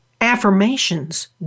affirmations